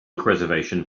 reservation